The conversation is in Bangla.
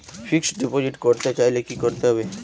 ফিক্সডডিপোজিট করতে চাইলে কি করতে হবে?